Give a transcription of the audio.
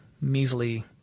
measly